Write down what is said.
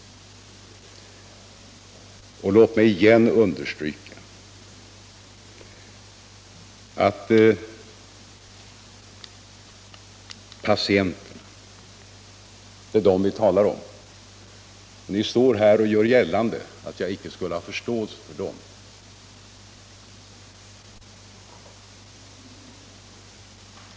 Låt mig igen understryka att det är patienterna vi talar om, och ni står här och gör gällande att jag icke skulle ha förståelse för dem.